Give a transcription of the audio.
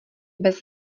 bez